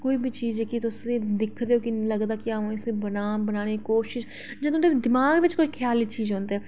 कोई बी चीज़ तुस दिखदे कि अ'ऊं इसी बनांऽ बनाने दी कोशिश जां थुआढ़े दमाग च एह् ख्याल औंदे न